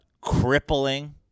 crippling